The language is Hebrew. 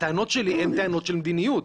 הטענות שלי הן טענות של מדיניות.